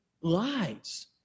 lies